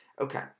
Okay